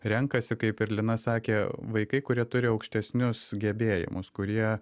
renkasi kaip ir lina sakė vaikai kurie turi aukštesnius gebėjimus kurie